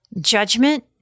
Judgment